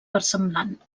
versemblant